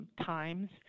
times